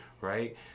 Right